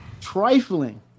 trifling